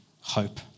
hope